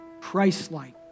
Christ-like